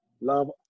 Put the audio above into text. love